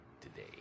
today